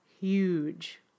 huge